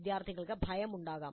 വിദ്യാർത്ഥികൾക്ക് ആ ഭയം ഉണ്ടാകാം